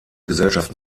gesellschaften